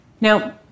Now